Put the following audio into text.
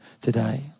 today